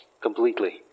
completely